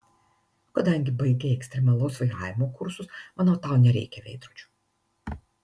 kadangi baigei ekstremalaus vairavimo kursus manau tau nereikia veidrodžio